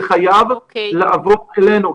זה חייב לעבור אלינו.